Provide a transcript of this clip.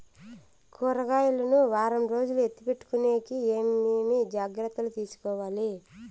కూరగాయలు ను వారం రోజులు ఎత్తిపెట్టుకునేకి ఏమేమి జాగ్రత్తలు తీసుకొవాలి?